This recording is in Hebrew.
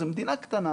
זו מדינה קטנה.